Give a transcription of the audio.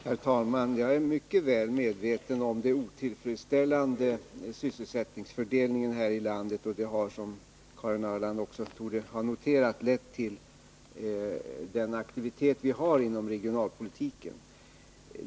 Herr talman! Jag är mycket väl medveten om bristerna i sysselsättningsfördelningen här i landet. De har, som Karin Arland också har noterat, lett till den aktivitet vi har inom regionalpolitiken.